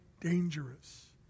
dangerous